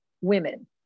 women